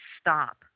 stop